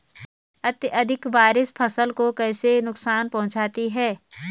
अत्यधिक बारिश फसल को कैसे नुकसान पहुंचाती है?